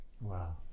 Wow